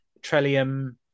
Trellium